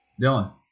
Dylan